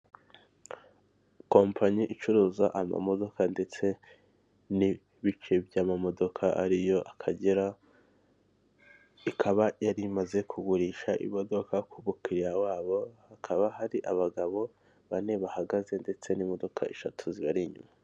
Kompanyi icuruza amamodoka ndetse n'ibice by'amamodoka ariyo Akagera, ikaba yari imaze kugurisha imodoka ku mu kiriya wabo, hakaba hari abagabo bane bahagaze ndetse n'imodoka eshatu zibari inyuma.